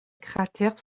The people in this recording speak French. cratère